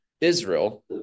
Israel